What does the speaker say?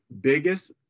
biggest